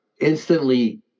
instantly